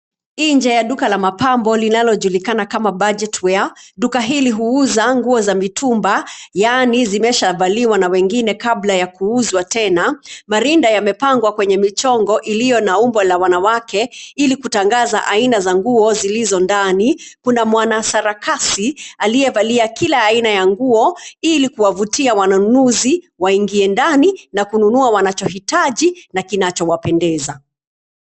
Nje ya duka la mapambo linalojulikana kama Budget Wear. Duka hili huuza nguo za mitumba yaani zimeshavaliwa na wengine kabla ya kuuzwa tena. Marinda yamepangwa kwenye michongo iliyo na umbo la wanawake ili kutangaza aina za nguo zilizo ndani. Kuna mwanasarakasi aliyevalia kila aina ya ili kuwavutia wanunuzi waingie ndani na kununua wanachohitaji na kinachowapendeza.